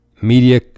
media